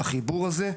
החיבור הזה,